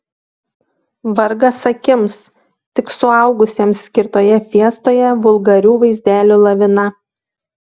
vargas akims tik suaugusiems skirtoje fiestoje vulgarių vaizdelių lavina